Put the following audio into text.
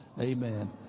Amen